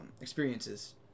experiences